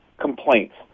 complaints